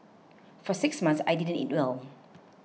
for six months I didn't eat well